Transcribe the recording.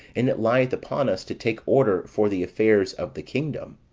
and it lieth upon us to take order for the affairs of the kingdom.